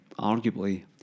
arguably